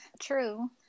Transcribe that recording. True